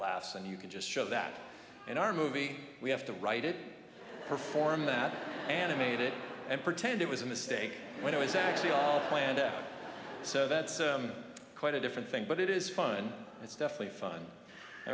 laughs and you can just show that in our movie we have to write it perform that animate it and pretend it was a mistake when it was actually planned so that's quite a different thing but it is fun it's definitely fun